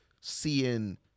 seeing